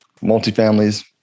multifamilies